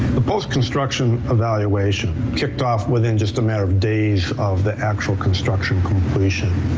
the post-construction evaluation kicked off within just a matter of days of the actual construction completion.